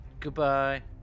Goodbye